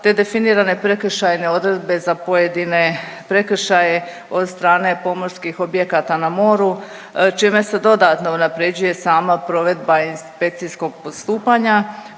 te definirane prekršajne odredbe za pojedine prekršaje od strane pomorskih objekata na moru čime se dodatno unapređuje sama provedba inspekcijskog postupanja